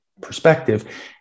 perspective